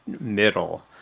middle